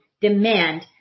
demand